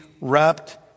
wrapped